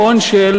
להצביע.